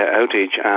outage